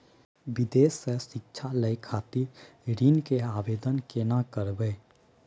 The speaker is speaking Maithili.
विदेश से शिक्षा लय खातिर ऋण के आवदेन केना करबे?